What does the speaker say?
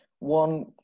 one